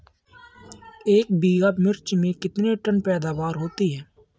एक बीघा मिर्च में कितने टन पैदावार होती है?